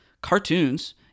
cartoons